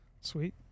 sweet